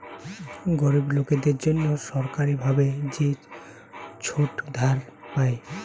গরিব লোকদের জন্যে সরকারি ভাবে যে ছোট ধার পায়